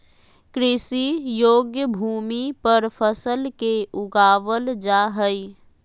कृषि योग्य भूमि पर फसल के उगाबल जा हइ